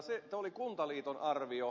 tämä oli kuntaliiton arvio